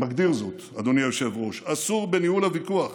מגדיר זאת, אדוני היושב-ראש, אסור בניהול הוויכוח